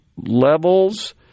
levels